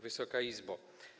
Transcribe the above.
Wysoka Izbo!